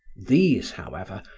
these, however,